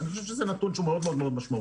אני חושב שזה נתון שהוא מאוד מאוד משמעותי.